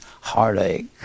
heartache